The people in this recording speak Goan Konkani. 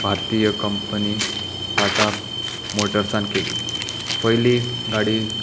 भारतीय कंपनी टाटा मोटर्सान केली पयली गाडी